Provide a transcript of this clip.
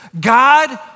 God